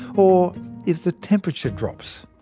or if the temperature drops.